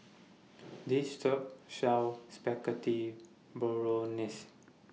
This Shop sells Spaghetti Bolognese